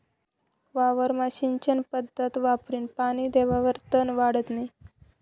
वावरमा सिंचन पध्दत वापरीन पानी देवावर तन वाढत नै